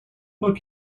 book